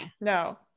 No